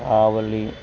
కావలి